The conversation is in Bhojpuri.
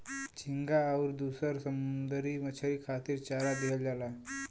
झींगा आउर दुसर समुंदरी मछरी खातिर चारा दिहल जाला